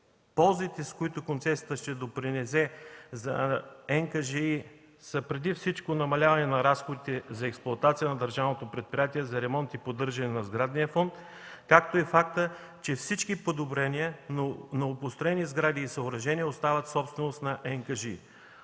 Ползите, които концесията ще допринесе за НКЖИ, са преди всичко намаляване на разходите за експлоатация на държавното предприятие за ремонт и поддържане на сградния фонд, както и фактът, че всички подобрения, новопостроени сгради и съоръжения остават собственост на НКЖИ.